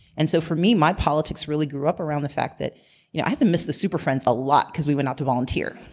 and so for me, my politics really grew up around the fact that you know i had missed the super friends a lot cause we went out to volunteer.